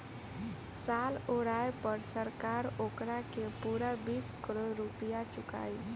साल ओराये पर सरकार ओकारा के पूरा बीस करोड़ रुपइया चुकाई